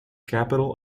capital